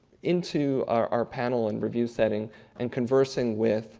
into our our panel and review setting and conversing with